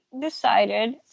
decided